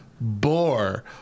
bore